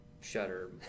shutter